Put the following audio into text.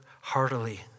heartily